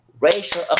racial